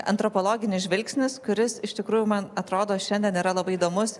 antropologinis žvilgsnis kuris iš tikrųjų man atrodo šiandien yra labai įdomus